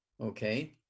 okay